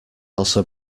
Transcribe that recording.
also